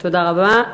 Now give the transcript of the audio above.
תודה רבה.